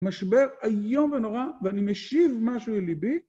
משבר איום ונורא, ואני משיב משהו אל ליבי